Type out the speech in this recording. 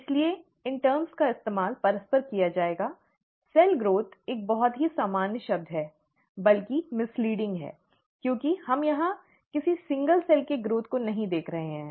इसलिए इन टर्म्स का इस्तेमाल परस्पर किया जाएगा सेल ग्रोथ एक बहुत ही सामान्य शब्द है बल्कि भ्रामक है क्योंकि हम यहां किसी एकल सेल के विकास को नहीं देख रहे हैं